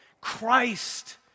Christ